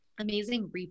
amazing